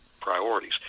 priorities